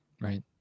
Right